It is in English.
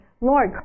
Lord